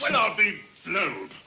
well i'll be blowed.